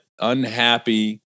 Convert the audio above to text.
unhappy